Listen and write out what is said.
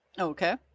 Okay